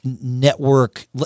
network